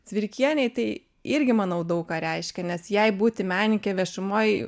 cvirkienei tai irgi manau daug ką reiškia nes jai būti menininke viešumoj